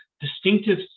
distinctive